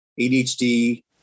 ADHD